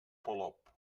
polop